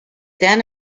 then